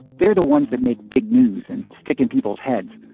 they're the ones that make big news and stick in people's heads.